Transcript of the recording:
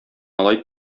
алай